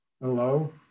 Hello